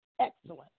Excellent